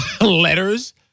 letters